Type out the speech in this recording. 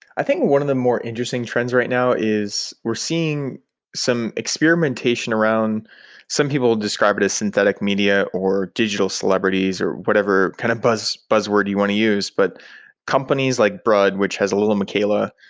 i think one of the more interesting trends right now is we're seeing some experimentation around some people describe it as synthetic media or digital celebrities or whatever kind of buzzword buzzword you want to use. but companies like brud, which has lil miquela,